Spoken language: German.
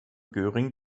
göring